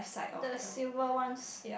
the silver ones